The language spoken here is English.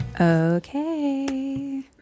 Okay